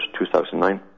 2009